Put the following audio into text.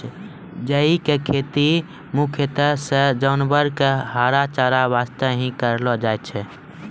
जई के खेती मुख्य रूप सॅ जानवरो के हरा चारा वास्तॅ हीं करलो जाय छै